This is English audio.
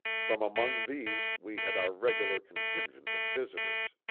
from among these we had our regular contingent of visitors.